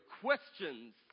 questions